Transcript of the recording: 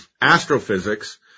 astrophysics